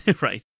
right